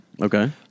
Okay